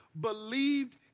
believed